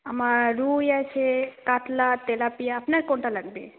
আমার রুই আছে কাতলা তেলাপিয়া আপনার কোনটা লাগবে